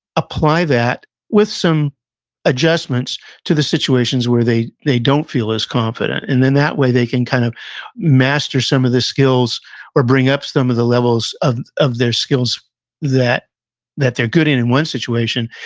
apply that with some adjustments to the situations where they they don't feel as confident. and then, that way, they can kind of master some of the skills or bring up some of the levels of of their skills that that they're good in, in one situation,